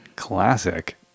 classic